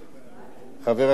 חבר הכנסת דנון.